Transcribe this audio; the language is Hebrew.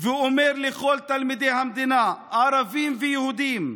ואומר לכל תלמידי המדינה, ערבים ויהודים: